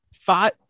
Five